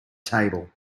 table